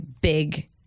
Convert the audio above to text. big